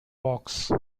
box